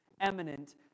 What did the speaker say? eminent